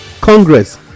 Congress